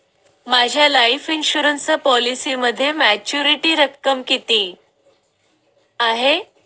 माझ्या life insurance पॉलिसीमध्ये maturity रक्कम किती आहे?